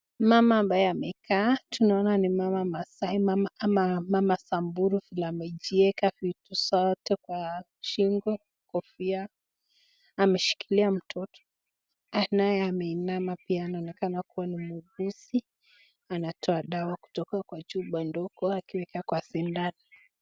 Mama ambaye amekaa tunaona ni mama maasai ama mama samburu vile amejiweka vitu zote kwa shingo, kofia, ameshikilia mtoto ambaye naye ameinama pia anaonekana kuwa ni muuguzi anatoa dawa kutoka kwa chupa ndogo akiweka kwa sindano.